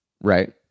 right